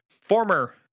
former